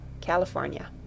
California